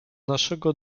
naszego